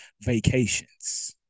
vacations